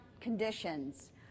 conditions